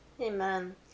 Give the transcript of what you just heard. Amen